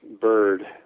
bird